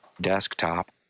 Desktop